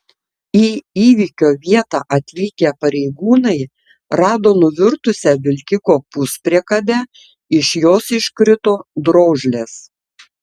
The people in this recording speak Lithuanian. į įvykio vietą atvykę pareigūnai rado nuvirtusią vilkiko puspriekabę iš jos iškrito drožlės